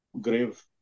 grave